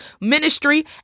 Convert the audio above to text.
ministry